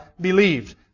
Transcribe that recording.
believed